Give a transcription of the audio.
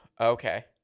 okay